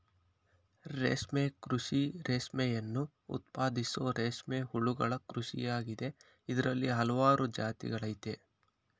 ರೇಷ್ಮೆ ಕೃಷಿ ರೇಷ್ಮೆಯನ್ನು ಉತ್ಪಾದಿಸೋ ರೇಷ್ಮೆ ಹುಳುಗಳ ಕೃಷಿಯಾಗಿದೆ ಇದ್ರಲ್ಲಿ ಹಲ್ವಾರು ಜಾತಿಗಳಯ್ತೆ